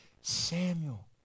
Samuel